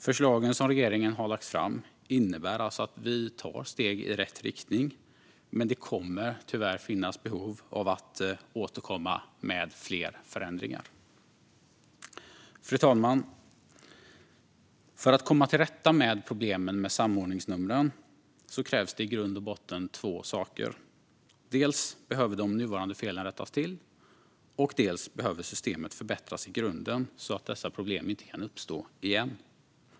Förslagen som regeringen har lagt fram innebär alltså att vi tar steg i rätt riktning, men det kommer tyvärr att finnas behov av att återkomma med fler förändringar. Fru talman! För att komma till rätta med problemen med samordningsnumren krävs det i grund och botten två saker. Dels behöver de nuvarande felen rättas till, dels behöver systemet förbättras i grunden så att dessa problem inte kan uppstå igen.